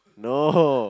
no